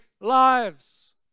lives